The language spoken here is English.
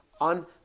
On